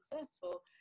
successful